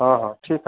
हाँ हाँ ठीक है